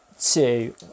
two